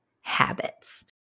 habits